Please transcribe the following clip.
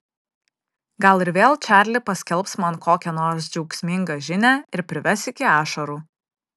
gal ir vėl čarli paskelbs man kokią nors džiaugsmingą žinią ir prives iki ašarų